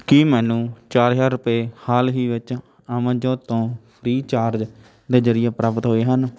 ਕੀ ਮੈਨੂੰ ਚਾਰ ਹਜ਼ਾਰ ਰੁਪਏ ਹਾਲ ਹੀ ਵਿੱਚ ਅਮਨਜੋਤ ਤੋਂ ਫ੍ਰੀ ਚਾਰਜ ਦੇ ਜਰੀਏ ਪ੍ਰਾਪਤ ਹੋਏ ਹਨ